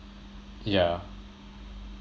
yeah